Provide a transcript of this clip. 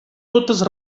totes